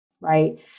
right